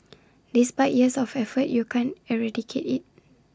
despite years of effort you can't eradicate IT